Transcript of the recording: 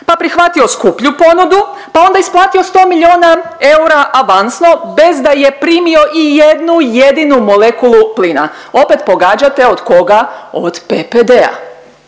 pa prihvatio skuplju ponudu, pa onda isplatio 100 milijuna eura avansno bez da je primio ijednu jedinu molekulu plina, opet pogađate od koga, od PPD-a.